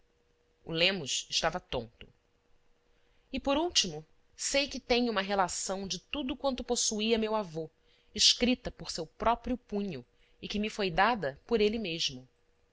o lemos estava tonto e por último sei que tenho uma relação de tudo quanto possuía meu avô escrita por seu próprio punho e que me foi dada por ele mesmo